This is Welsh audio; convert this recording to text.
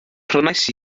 prynais